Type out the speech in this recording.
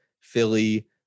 Philly